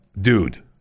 Dude